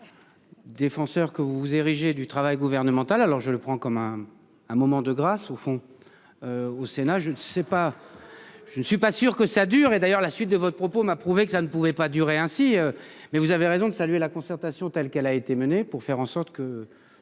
Défenseurs, que vous vous érigez du travail gouvernemental. Alors je le prends comme un, un moment de grâce au fond. Au Sénat, je ne sais pas. Je ne suis pas sûr que ça dure. Et d'ailleurs la suite de votre propos m'a prouvé que ça ne pouvait pas durer ainsi. Mais vous avez raison de saluer la concertation telle qu'elle a été menée pour faire en sorte que